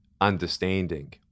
understanding